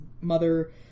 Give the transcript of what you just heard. mother